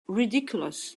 ridiculous